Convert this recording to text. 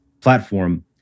platform